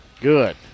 good